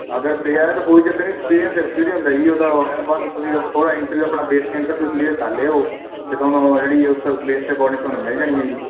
ਅਗਰ ਪਿਆ ਤਾ ਕੋਈ ਚੱਕਰ ਨਹੀਂ ਐਕਸਪੀਰੀਅੰਸ ਹੁੰਦਾ ਜੀ ਉਹਦਾ ਬਾਕੀ ਤੁਸੀਂ ਥੋੜਾ ਇੰਟਰਵਿਊ ਆਪਣਾ ਬੇਸਕ ਇੰਟਰਵਿਊ ਕਲੀਅਰ ਕਰ ਲਿਓ ਤੇ ਤੁਹਾਨੂੰ ਜਿਹੜੀ ਬੇਸ 'ਤੇ ਅਕੋਰਡਿੰਗ ਤੁਹਾਨੂੰ ਮਿਲ ਜਾਣੀ ਐ ਜੀ